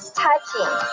touching